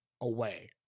away